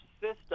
system